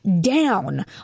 down